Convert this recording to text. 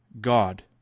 God